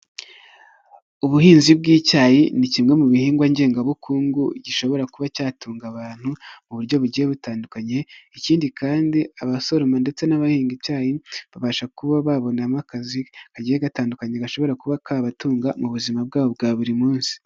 Ubuhinzi bw'icyayi ni kimwe mu bihingwa ngengabukungu gishobora kuba cyatunga abantu mu buryo bugiye butandukanye, ikindi kandi abasoroma ndetse n'abahinga icyayi babasha kuba babonamo akazi kagiye gatandukanye gashobora kuba kabatunga mu buzima bwabo bwa buri munsi.